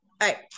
right